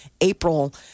April